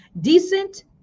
decent